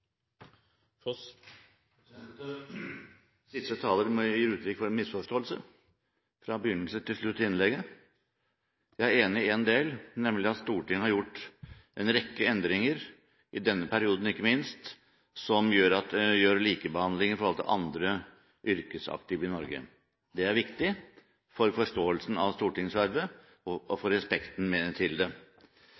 Siste taler gir uttrykk for en misforståelse fra begynnelse til slutt i innlegget. Jeg er enig i en del, nemlig at Stortinget har gjort en rekke endringer – i denne perioden, ikke minst – som gir likebehandling i forhold til andre yrkesaktive i Norge. Det er viktig for forståelsen av Stortingets arbeid og